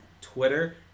twitter